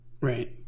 Right